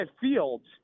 Fields